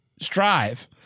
strive